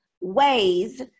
ways